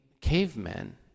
cavemen